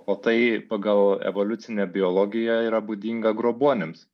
o tai pagal evoliucinę biologiją yra būdinga grobuonims